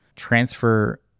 transfer